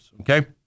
okay